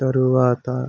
తరువాత